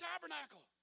tabernacle